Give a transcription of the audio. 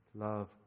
love